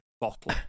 bottle